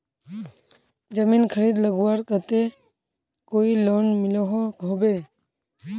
जमीन खरीद लगवार केते कोई लोन मिलोहो होबे?